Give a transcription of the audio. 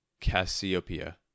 cassiopeia